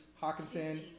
Hawkinson